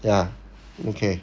ya okay